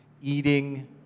Eating